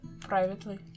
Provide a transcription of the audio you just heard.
privately